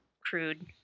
crude